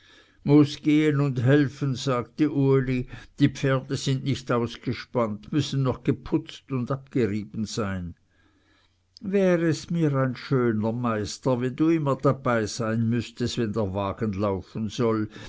muß gehen und helfen sagte uli die pferde sind nicht ausgespannt müssen noch geputzt und abgerieben sein wärest mir ein schöner meister wenn du immer dabeisein müßtest wenn der wagen laufen soll